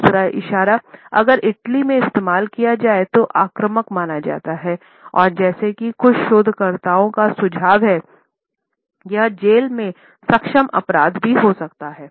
दूसरा इशारा अगर इटली में इस्तेमाल किया जाए तो आक्रामक माना जाता है और जैसा कि कुछ शोधकर्ताओं का सुझाव है यह जेल में सक्षम अपराध भी हो सकता है